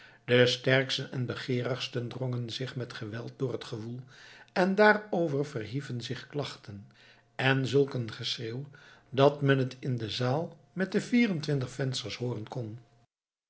de sterksten en begeerigsten drongen zich met geweld door het gewoel en daarover verhieven zich klachten en zulk een geschreeuw dat men het in de zaal met de vier en twintig vensters hooren kon